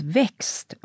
växt